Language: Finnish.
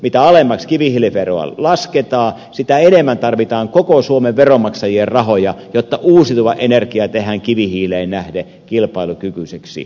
mitä alemmaksi kivihiiliveroa lasketaan sitä enemmän tarvitaan koko suomen veronmaksajien rahoja jotta uusiutuva energia tehdään kivihiileen nähden kilpailukykyiseksi